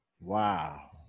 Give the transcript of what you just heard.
Wow